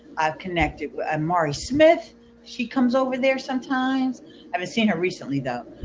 i've connected with amare smith she comes over there sometimes. i haven't seen her recently though.